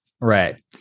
Right